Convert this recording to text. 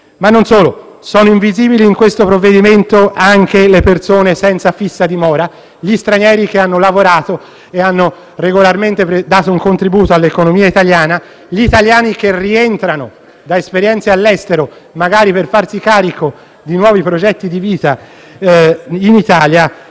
Non solo, ma sono invisibili in questo provvedimento anche le persone senza fissa dimora, gli stranieri che hanno lavorato e hanno regolarmente dato un contributo all'economia italiana, gli italiani che rientrano da esperienze all'estero, magari per farsi carico di nuovi progetti di vita in Italia.